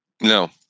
No